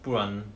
不然